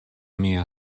mia